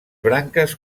branques